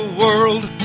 world